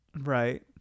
Right